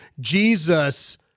Jesus